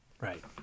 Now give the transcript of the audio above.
right